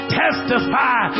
testify